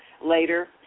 later